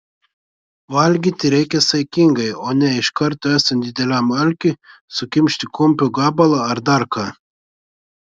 valgyti reikia saikingai o ne iš karto esant dideliam alkiui sukimšti kumpio gabalą ar dar ką